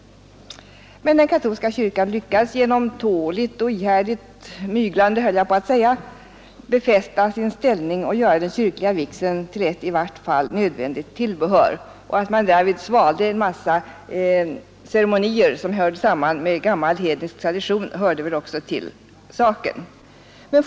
Men den katolska kyrkan lyckades genom tåligt och ihärdigt myglande låt mig kalla det så befästa sin ställning och göra den kyrkliga vigseln till ett i vart fall nödvändigt tillbehör. Att man därvid svalde en del ceremonier som hörde samman med gammalhednisk tradition hör väl också till saken.